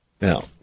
Now